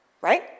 right